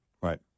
Right